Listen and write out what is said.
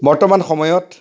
বৰ্তমান সময়ত